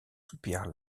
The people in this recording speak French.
soupirs